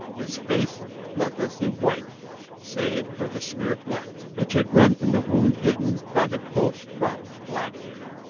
his face bloodlessly white save for the smear of blood which had run from the wound hidden by the close-cropped, black hair.